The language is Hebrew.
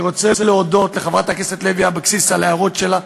אני רוצה להודות לחברת הכנסת לוי אבקסיס על ההערות שלה,